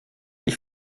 ich